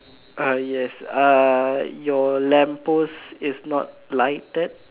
uh yes uh your lamp post is not lighted